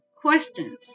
questions